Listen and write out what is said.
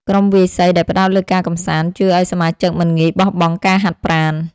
ក្រុមវាយសីដែលផ្ដោតលើការកម្សាន្ត ជួយឱ្យសមាជិកមិនងាយបោះបង់ការហាត់ប្រាណ។